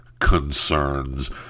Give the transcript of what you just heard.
concerns